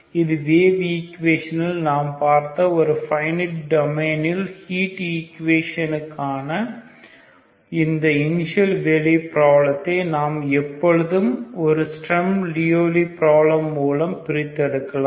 இது வேவ் ஈக்குவெஷனில் நாம் பார்த்த ஒரு ஃபைனிட் டொமைனில் ஹீட் ஈக்குவேஷனுக்கான இந்த இனிஷியல் வேல்யூ ப்ராப்ளத்தை நாம் எப்பொழுதும் ஒரு ஸ்ட்ரம் லியோவ்லி ப்ராப்ளம் மூலம் பிரித்தெடுக்கலாம்